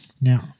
Now